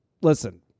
Listen